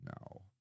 No